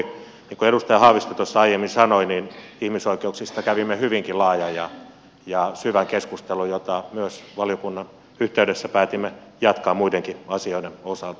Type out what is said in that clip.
niin kuin edustaja haavisto tuossa aiemmin sanoi ihmisoikeuksista kävimme hyvinkin laajan ja syvän keskustelun jota myös valiokunnan yhteydessä päätimme jatkaa muidenkin asioiden osalta